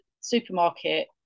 supermarket